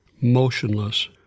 motionless